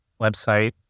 website